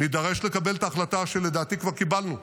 נידרש לקבל החלטה שלדעתי כבר קיבלנו.